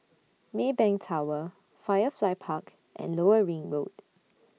Maybank Tower Firefly Park and Lower Ring Road